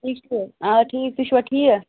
ٹھیٖک چھُو حظ آ ٹھیٖک تُہۍ چھُوا ٹھیٖک